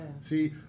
See